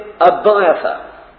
Abiathar